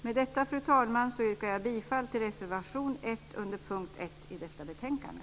Med detta, fru talman, yrkar jag bifall till reservation 1 under punkt 1 i detta betänkande.